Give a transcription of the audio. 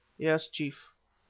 yes, chief.